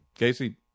Casey